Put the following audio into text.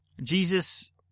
Jesus